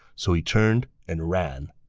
so he turned and ran.